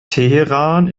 teheran